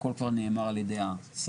הכול כבר נאמר על ידי השרה.